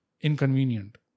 inconvenient